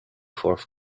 fourth